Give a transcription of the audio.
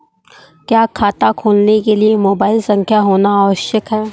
क्या खाता खोलने के लिए मोबाइल संख्या होना आवश्यक है?